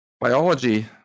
Biology